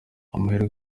umuherwe